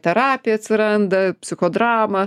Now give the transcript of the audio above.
terapija atsiranda psichodrama